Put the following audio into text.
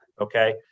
Okay